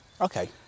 Okay